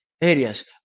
areas